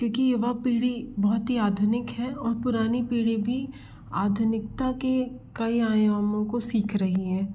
क्योंकि युवा पीढ़ी बहुत ही आधुनिक है और पुरानी पीढ़ी भी आधुनिकता के कई आयामों को सीख रही है